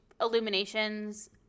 illuminations